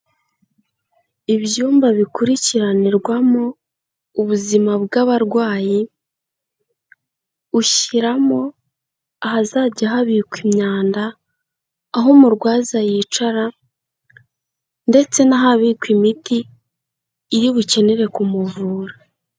Ibyumba bikurikiranirwamo ubuzima bw'abarwayi ushyiramo ahazajya habikwa imyanda, aho umurwaza yicara ndetse n'ahabikwa imiti iri bukenere kumuvura.